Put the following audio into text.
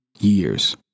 years